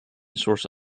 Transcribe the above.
source